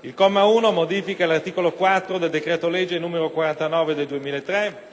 Il comma 1 modifica l'articolo 4 del decreto-legge n. 49 del 2003